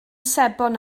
sebon